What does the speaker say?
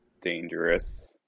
dangerous